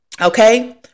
Okay